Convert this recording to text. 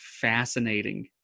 fascinating